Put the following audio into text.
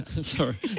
Sorry